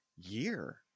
year